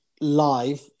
live